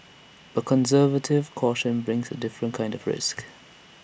but conservative caution brings A different kind of risk